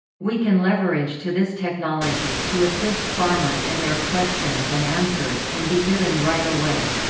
we can leverage to this technology to assist farmers in their questions and answers can be given right away.